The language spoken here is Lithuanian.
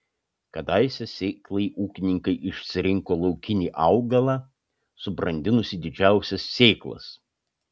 kadaise sėklai ūkininkai išsirinko laukinį augalą subrandinusį didžiausias sėklas